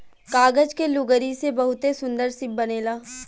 कागज के लुगरी से बहुते सुन्दर शिप बनेला